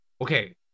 Okay